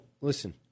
listen